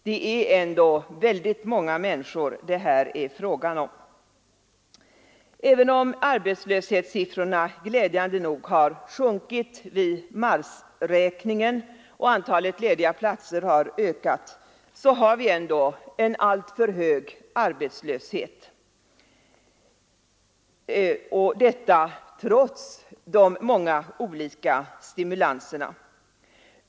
Det är ändå fråga om väldigt många människor. Även om arbetslöshetssiffrorna glädjande nog har sjunkit vid marsräkningen och antalet lediga platser ökat, har vi ändå en alltför hög arbetslöshet — detta trots de många olika stimulanserna.